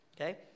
okay